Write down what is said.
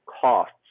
costs